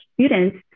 students